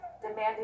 Demanding